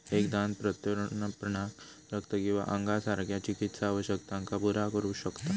एक दान प्रत्यारोपणाक रक्त किंवा अंगासारख्या चिकित्सा आवश्यकतांका पुरा करू शकता